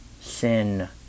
sin